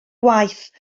gwaith